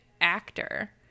actor